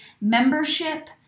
membership